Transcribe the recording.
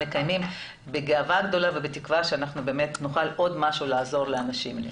מקיימים בגאווה גדולה ובתקווה שנוכל לעזור עוד לאנשים.